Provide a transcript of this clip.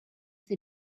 they